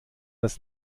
das